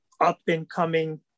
up-and-coming